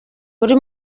buri